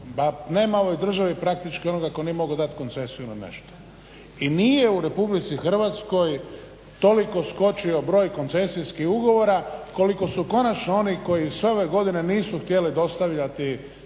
nema u ovoj državi praktički onoga tko nije mogao dati koncesiju na nešto. I nije u Republici Hrvatskoj toliko skočio broj koncesijskih ugovora koliko su konačno oni koji sve ove godine nisu htjeli dostavljati